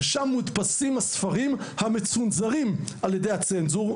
ושם מודפסים הספרים המצונזרים על ידי הצנזור,